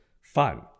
fun